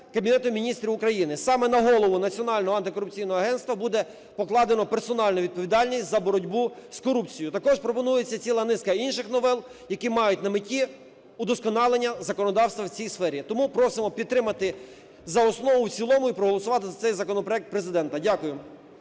Кабінетом Міністрів України. Саме на голову Національного антикорупційного агентства буде покладено персональну відповідальність за боротьбу з корупцією. Також пропонується ціла низка інших новел, які мають на меті вдосконалення законодавства в цій сфері. Тому просимо підтримати за основу і в цілому і проголосувати за цей законопроект Президента. Дякую.